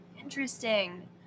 Interesting